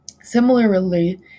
Similarly